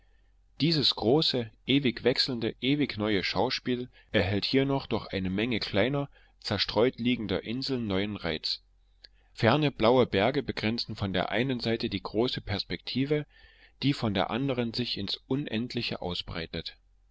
dieses große ewig wechselnde ewig neue schauspiel erhält hier noch durch eine menge kleiner zerstreut liegender inseln neuen reiz ferne blaue berge begrenzen von der einen seite die große perspektive die von der anderen sich in's unendliche ausbreitet